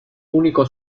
único